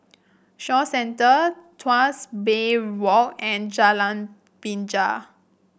Shaw Centre Tuas Bay Walk and Jalan Binjai